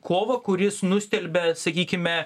kovą kuris nustelbia sakykime